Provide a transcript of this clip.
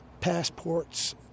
passports